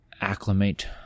acclimate